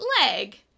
leg